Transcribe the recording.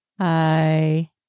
Hi